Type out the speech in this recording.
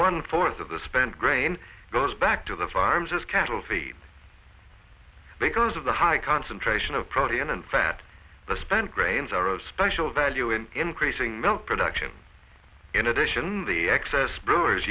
one fourth of the spent grain goes back to the farms as cattle feed because of the high concentration of protein and fat the spent grains are a special value in increasing milk production in addition the excess b